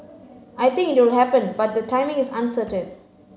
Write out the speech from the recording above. I think it will happen but the timing is uncertain